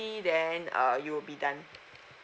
then uh you will be done